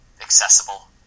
accessible